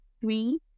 three